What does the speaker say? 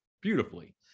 beautifully